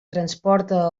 transporta